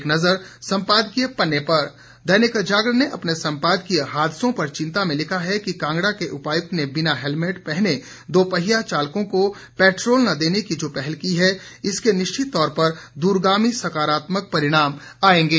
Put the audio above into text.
एक नजर सम्पादकीय पन्ने पर दैनिक जागरण ने अपने सम्पादकीय हादसों पर चिंता में लिखा है कि कांगड़ा के उपायुक्त ने बिना हैलमेट पहने दोपहिया चालकों को पेट्र ोल न देने की जो पहल की है इसके निश्चित तौर पर दूरगामी सकारात्मक परिणाम आयेगें